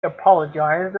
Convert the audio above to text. apologized